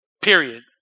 period